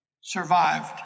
survived